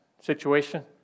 situation